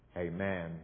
Amen